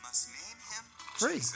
Free